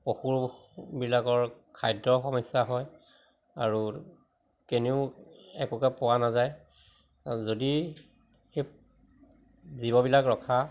পশুবিলাকৰ খাদ্য সমস্যা হয় আৰু কেনিও একোকে পোৱা নাযায় যদি সেই জীৱবিলাক ৰখা